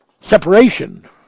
separation